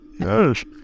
Yes